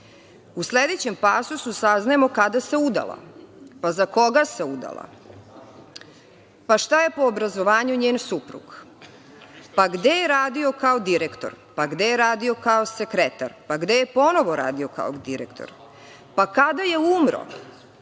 sledećem pasusu saznajemo kada se udala, pa za koga se udala, pa šta je po obrazovanju njen suprug, pa gde je radio kao direktor, pa gde je radio kao sekretar, pa gde je ponovo radio kao direktor, pa kada je umro,